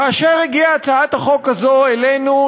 כאשר הגיעה הצעת החוק הזו אלינו,